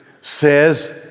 says